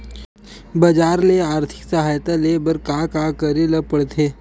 बजार ले आर्थिक सहायता ले बर का का करे ल पड़थे?